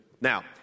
Now